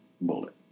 bullet